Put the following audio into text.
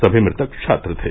सभी मृतक छात्र थे